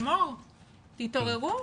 תתעוררו.